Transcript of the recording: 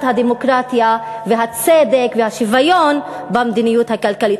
הדמוקרטיה והצדק והשוויון במדיניות הכלכלית.